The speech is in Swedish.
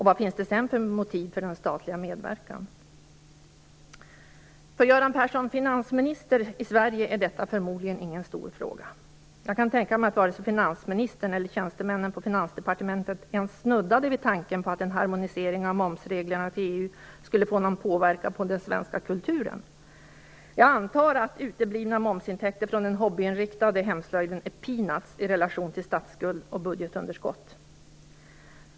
Vad finns det sedan för motiv för statlig medverkan? Sverige är detta förmodligen ingen stor fråga. Jag kan tänka mig att varken finansministern eller tjänstemännen på Finansdepartementet ens snuddade vid tanken på att en harmonisering av momsreglerna till EU skulle få någon inverkan på den svenska kulturen. Jag antar att uteblivna momsintäkter från den hobbyinriktade hemslöjden är peanuts i relation till statsskuld och budgetunderskott.